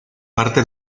parte